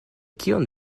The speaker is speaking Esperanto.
kion